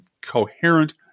coherent